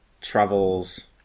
travels